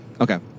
Okay